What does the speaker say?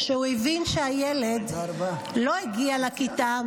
כשהוא הבין שהילד לא הגיע לכיתה,